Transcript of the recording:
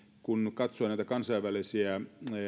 kun katsoo näitä kansainvälisiä